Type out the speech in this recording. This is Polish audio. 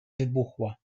wybuchła